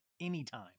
anytime